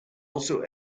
also